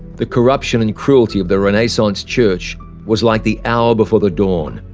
the corruption and cruelty of the renaissance church was like the hour before the dawn.